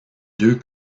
deux